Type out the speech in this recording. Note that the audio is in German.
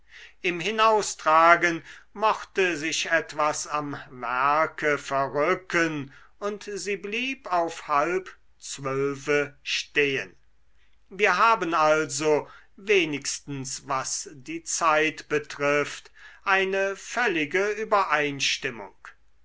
im hinaustragen mochte sich etwas am werke verrücken und sie blieb auf halb zwölfe stehen wir haben also wenigstens was die zeit betrifft eine völlige übereinstimmung